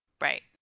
Right